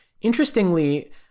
Interestingly